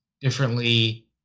differently